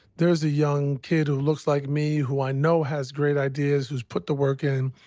there's a young kid who looks like me, who i know has great ideas, who's put the work in.